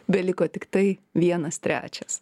beliko tiktai vienas trečias